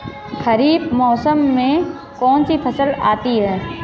खरीफ मौसम में कौनसी फसल आती हैं?